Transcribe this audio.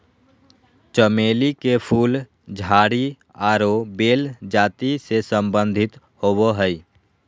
चमेली के फूल झाड़ी आरो बेल जाति से संबंधित होबो हइ